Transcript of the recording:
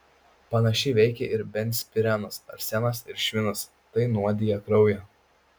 panašiai veikia ir benzpirenas arsenas ir švinas tai nuodija kraują